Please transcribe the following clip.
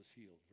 healed